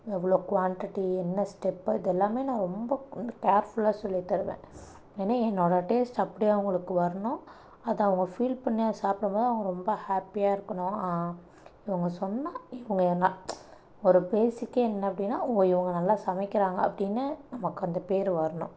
எவ்வளோ குவாண்டிட்டி என்ன ஸ்டெப்பு இதெல்லாமே நான் ரொம்ப வந்து கேர்ஃபுல்லாக சொல்லி தருவேன் ஏன்னால் என்னோடய டேஸ்ட்டு அப்படியே அவங்களுக்கு வரணும் அதை அவங்க ஃபீல் பண்ணி அதை சாப்பிடும் போது அவங்க ரொம்ப ஹேப்பியாக இருக்கணும் இப்போ இவங்க சொன்னால் இவங்க என்ன ஒரு பேசிக்கே என்ன அப்படின்னா இவங்க நல்லா சமைக்கிறாங்க அப்படின்னு நமக்கு அந்த பேர் வரணும்